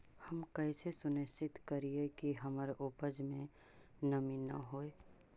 हम कैसे सुनिश्चित करिअई कि हमर उपज में नमी न होय?